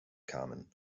kamen